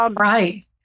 Right